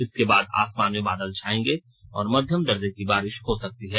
इसके बाद आसमान में बादल छायेंगे और मध्यम दर्जे की बारिश हो सकती है